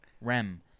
Rem